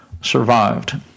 survived